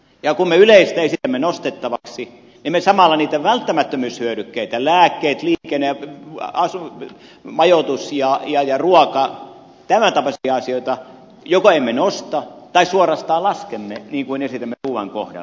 ja kun me yleistä esitämme nostettavaksi niin me samalla niitä välttämättömyyshyödykkeitä lääkkeet liikenne majoitus ruoka tämäntapaisia asioita joko emme nosta tai suorastaan laskemme niin kuin esitämme ruuan kohdalla